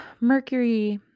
Mercury